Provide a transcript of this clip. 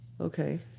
Okay